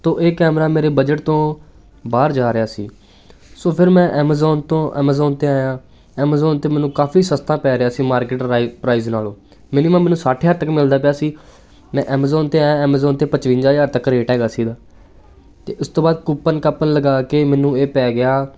ਤੋਂ ਇਹ ਕੈਮਰਾ ਮੇਰੇ ਬਜਟ ਤੋਂ ਬਾਹਰ ਜਾ ਰਿਹਾ ਸੀ ਸੋ ਫਿਰ ਮੈਂ ਐਮਾਜ਼ੋਨ ਤੋਂ ਐਮਾਜ਼ੋਨ 'ਤੇ ਆਇਆ ਐਮਾਜ਼ੋਨ 'ਤੇ ਮੈਨੂੰ ਕਾਫ਼ੀ ਸਸਤਾ ਪੈ ਰਿਹਾ ਸੀ ਮਾਰਕੀਟ ਪ੍ਰਾਈਜ਼ ਨਾਲੋਂ ਮਿਨੀਮਮ ਮੈਨੂੰ ਸੱਠ ਹਜ਼ਾਰ ਤੱਕ ਮਿਲਦਾ ਪਿਆ ਸੀ ਮੈਂ ਐਮਾਜ਼ੋਨ 'ਤੇ ਆਇਆ ਐਮਾਜ਼ੋਨ 'ਤੇ ਪਚਵੰਜਾ ਹਜ਼ਾਰ ਤੱਕ ਰੇਟ ਹੈਗਾ ਸੀ ਇਹਦਾ ਅਤੇ ਉਸ ਤੋਂ ਬਾਅਦ ਕੁਪਨ ਕਾਪਨ ਲਗਾ ਕੇ ਮੈਨੂੰ ਇਹ ਪੈ ਗਿਆ